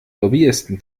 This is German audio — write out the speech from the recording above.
lobbyisten